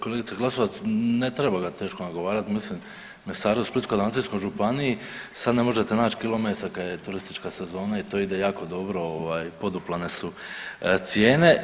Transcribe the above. Kolegice Glasovac, ne treba ga teško nagovarat, mislim mesara u Splitsko-dalmatinskoj županiji sad ne možete nać kilometar kad je turistička sezona i to ide jako dobro ovaj poduplane su cijene.